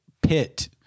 pit